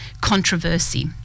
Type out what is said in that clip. controversy